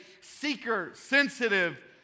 seeker-sensitive